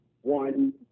one